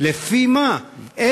לפי מה גובים ארנונה?